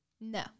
no